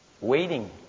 Waiting